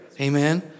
Amen